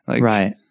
Right